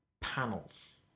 panels